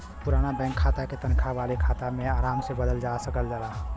पुराना बैंक खाता क तनखा वाले खाता में आराम से बदलल जा सकल जाला